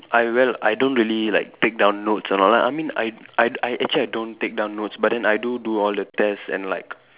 I well I don't really like take down notes and all I mean I I I actually I don't take down notes but then I do do all the tests and like